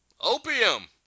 Opium